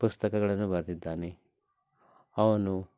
ಪುಸ್ತಕಗಳನ್ನು ಬರೆದಿದ್ದಾನೆ ಅವನು